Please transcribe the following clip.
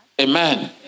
Amen